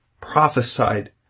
prophesied